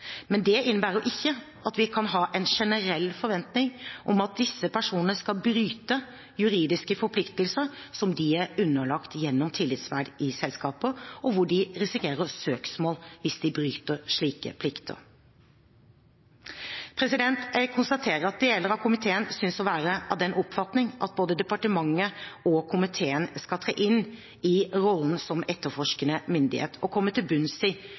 Men det innebærer ikke at vi kan ha en generell forventning om at disse personene skal bryte juridiske forpliktelser som de er underlagt gjennom tillitsverv i selskaper, og hvor de risikerer søksmål hvis de bryter slike plikter. Jeg konstaterer at deler av komiteen synes å være av den oppfatning at både departementet og komiteen skal tre inn i rollen som etterforskende myndighet og komme til bunns i